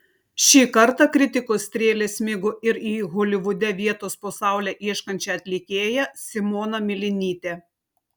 šį kartą kritikos strėlės smigo ir į holivude vietos po saule ieškančią atlikėją simoną milinytę